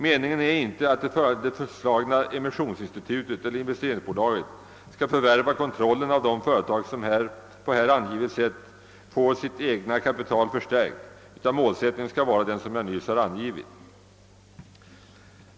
Meningen är inte att det föreslagna emissionsinstitutet eller investeringsbolaget skall förvärva kontrollen över de företag, som på här angivet sätt får sitt egna kapital förstärkt, utan målsättningen skall vara den jag nyss angivit.